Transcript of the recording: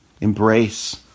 embrace